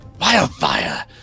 Wildfire